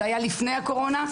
זה היה לפני הקורונה,